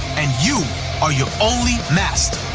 and you are your only master.